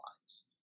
lines